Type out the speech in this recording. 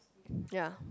ya